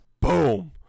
Boom